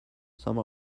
some